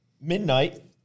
midnight